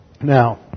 Now